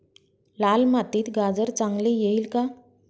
लाल मातीत गाजर चांगले येईल का?